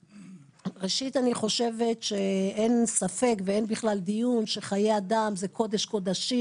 ראשית אני חושבת שאין ספק ואין בכלל דיון שחיי אדם זה קודש קודשים